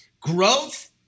growth